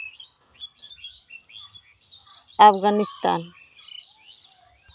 Afghanistan